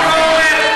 והציבור לא אומר.